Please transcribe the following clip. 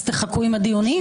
אז תחכו עם הדיונים?